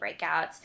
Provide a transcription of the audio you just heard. breakouts